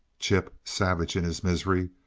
chip, savage in his misery,